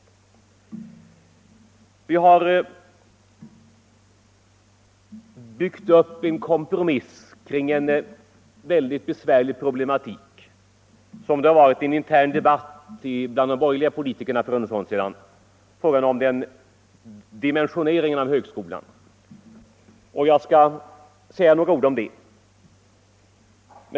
Utskottet har byggt upp en kompromiss kring den besvärliga problematik som det var intern debatt om bland de borgerliga politikerna för en stund sedan — frågan om dimensioneringen av högskolan — och jag vill säga några ord om det.